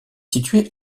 située